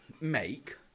make